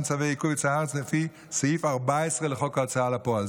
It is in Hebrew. צווי עיכוב יציאה מהארץ לפי סעיף 14 לחוק ההוצאה לפועל.